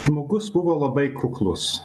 žmogus buvo labai kuklus